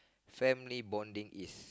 family bonding is